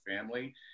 family